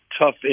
tough